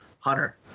Hunter